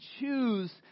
choose